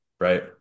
right